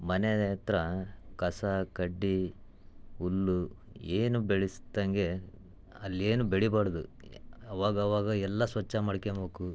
ಮನೆ ಹತ್ರ ಕಸ ಕಡ್ಡಿ ಹುಲ್ಲು ಏನೂ ಬೆಳೆಸ್ದಂಗೆ ಅಲ್ಲಿ ಏನೂ ಬೆಳೀಬಾರದು ಅವಾಗವಾಗ ಎಲ್ಲ ಸ್ವಚ್ಛ ಮಾಡ್ಕ್ಯಂಬೇಕು